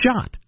shot